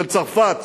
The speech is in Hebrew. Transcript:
של צרפת,